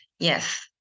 Yes